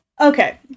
Okay